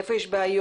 איפה יש בעיות,